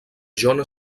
john